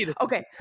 okay